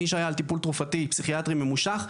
מי שהיה על טיפול תרופתי פסיכיאטרי ממושך,